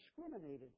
discriminated